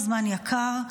זמן יקר,